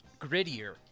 grittier